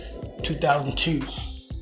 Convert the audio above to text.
2002